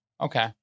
okay